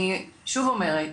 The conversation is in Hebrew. אני שוב אומרת,